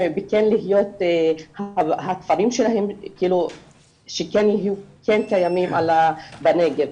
שהכפרים שלהם כן יהיו קיימים בנגב.